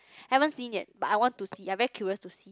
haven't seen yet but I want to see I very curious to see